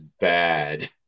bad